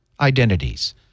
identities